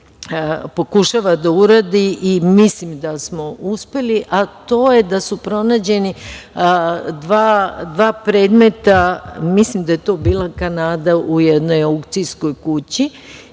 pokušava da uradi i mislim da smo uspeli, a to je da su pronađena dva predmeta, mislim da je to bila Kanada u jednoj aukcijskoj kući